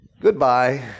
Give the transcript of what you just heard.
Goodbye